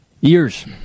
Years